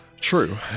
True